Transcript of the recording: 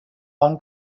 bon